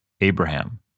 Abraham